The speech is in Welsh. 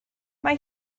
mae